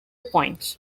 points